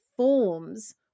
forms